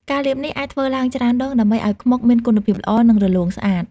ការលាបនេះអាចធ្វើឡើងច្រើនដងដើម្បីឱ្យខ្មុកមានគុណភាពល្អ និងរលោងស្អាត។